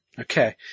Okay